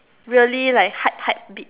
really like hype hype beat